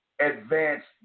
advanced